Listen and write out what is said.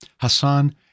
Hassan